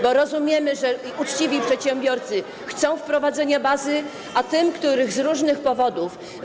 bo rozumiemy, że uczciwi przedsiębiorcy chcą wprowadzenia bazy, a tym, których z różnych powodów.